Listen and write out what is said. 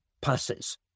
passes